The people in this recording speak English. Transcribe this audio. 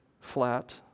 flat